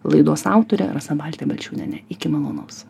laidos autorė rasa baltė balčiūnienė iki malonaus